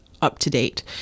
up-to-date